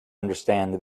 understand